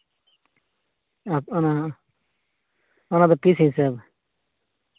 ᱚᱸᱻ ᱚᱱᱟᱫᱚ ᱯᱤᱥ ᱦᱤᱥᱟᱹᱵ